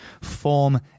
form